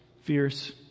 fierce